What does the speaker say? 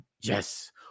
Yes